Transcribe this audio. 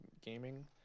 gaming